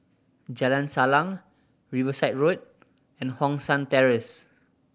Jalan Salang Riverside Road and Hong San Terrace